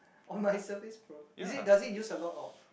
on my surface pro is it does it use a lot of